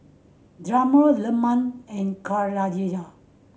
Zamrud Leman and Khadija